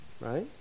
right